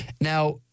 Now